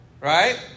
right